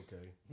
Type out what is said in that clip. Okay